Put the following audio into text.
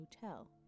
hotel